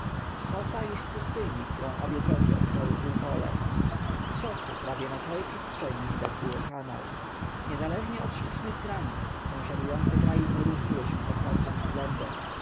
szosa już w pustyni którą obie drogi otaczały półkolem z szosy prawie na całej przestrzeni widać było kanał niezależnie od sztucznych granic sąsiadujące krainy różniły się pod każdym względem